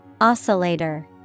Oscillator